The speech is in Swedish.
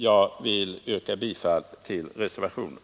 Jag vill yrka bifall till reservationen.